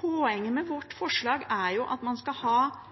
Poenget med vårt forslag er at man skal ha